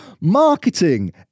Marketing